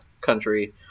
country